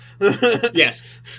Yes